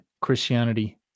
Christianity